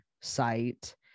site